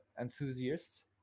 enthusiasts